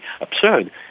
absurd